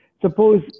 suppose